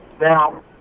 Now